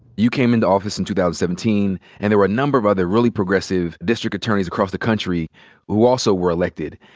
you came into office in two thousand and seventeen, and there were a number of other really progressive district attorneys across the country who also were elected.